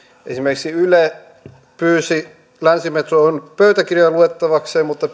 esimerkiksi yle pyysi länsimetron pöytäkirjoja luettavakseen mutta